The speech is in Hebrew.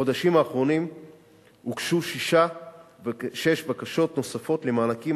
בחודשים האחרונים הוגשו שש בקשות נוספות למענקים,